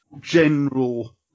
general